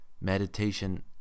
meditation